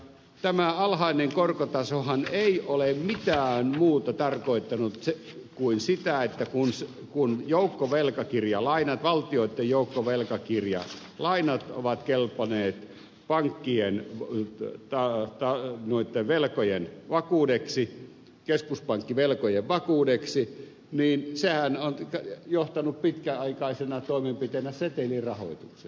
tämä alhainen korkotaso ei ole mitään muuta tarkoittanut kuin sitä että kun valtioiden joukkovelkakirjalainat ovat kelvanneet pankkien velkojen vakuudeksi keskuspankkivelkojen vakuudeksi niin sehän on johtanut pitkäaikaisena toimenpiteenä setelirahoitukseen